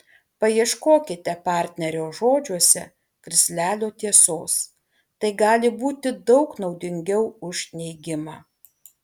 paieškokite partnerio žodžiuose krislelio tiesos tai gali būti daug naudingiau už neigimą